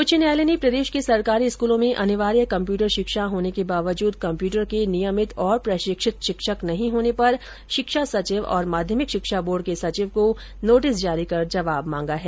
उच्च न्यायालय ने प्रदेश के सरकारी स्कूलों में अनिवार्य कम्प्यूटर शिक्षा होने के बावजूद कम्प्यूटर के नियमित और प्रशिक्षित शिक्षक नहीं होने पर शिक्षा सचिव और माध्यमिक शिक्षा बोर्ड के सचिव को नोटिस जारी कर जवाब मांगा है